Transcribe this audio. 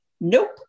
Nope